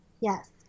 Yes